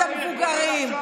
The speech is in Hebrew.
את המבוגרים,